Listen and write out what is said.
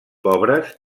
pobres